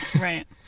Right